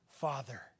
Father